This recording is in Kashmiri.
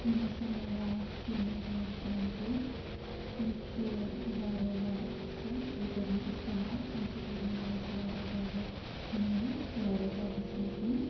مےٚ سا اوٚن راتھ کٕلنِک پُلس شمپوٗ یہِ چھُ وارِیاہ زیادٕ اَصٕل یہِ کوٚر مےٚ اِستعمال اَمہِ سۭتۍ روٗد مےٚ مس وارِیاہ زیادٕ نرٕم وارِیاہ زیادٕ سِلکی